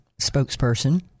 spokesperson